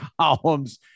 columns